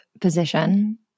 position